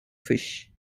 fish